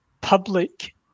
public